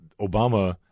Obama